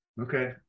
Okay